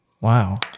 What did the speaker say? Wow